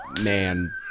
man